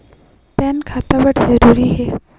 Pan खाता बर जरूरी हे?